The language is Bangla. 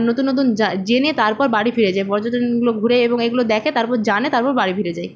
নতুন নতুন জেনে তারপর বাড়ি ফিরেছে পর্যটনগুলো ঘুরে এবং এইগুলো দেখে তারপর জানে তারপর বাড়ি ফিরে যায়